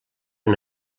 han